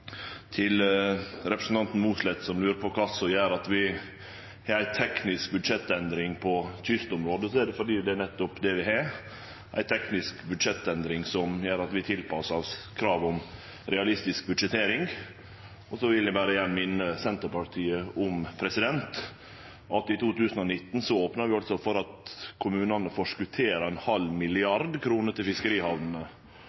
Til representanten Mossleth, som lurer på kva det er som gjer at vi har ei teknisk budsjettendring på kystområdet: Det er fordi det er nettopp det vi har – ei teknisk budsjettendring som gjer at vi tilpassar oss kravet om realistisk budsjettering. Så vil eg berre igjen minne Senterpartiet om at vi i 2019 opna for at kommunane kunne forskottere 0,5 mrd. kr til fiskerihamnene, for at